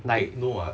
like